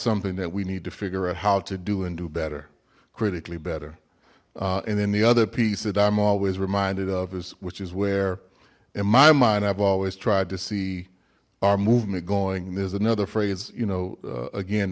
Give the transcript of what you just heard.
something that we need to figure out how to do and do better critically better and then the other piece that i'm always reminded of is which is where in my mind i've always tried to see our movement going and there's another phrase you know again